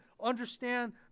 understand